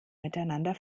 miteinander